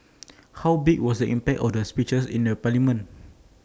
how big was the impact of their speeches in A parliament